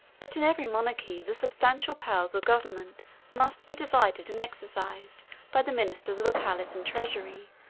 but in every monarchy the substantial powers of government must be divided and exercised by the ministers of the palace and treasury,